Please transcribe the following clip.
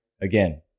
Again